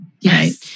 Yes